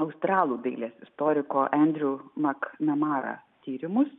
australų dailės istoriko edriu mak namara tyrimus